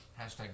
hashtag